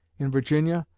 in virginia,